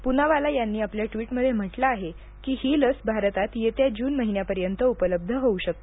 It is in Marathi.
पूनावाला यांनी आपल्या ट्वीटमध्ये म्हटले आहे की ही लस भारतात येत्या जून महिन्यापर्यंत उपलब्ध होऊ शकते